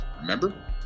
remember